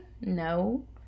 No